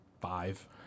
five